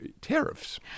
tariffs